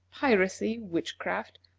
piracy, witchcraft,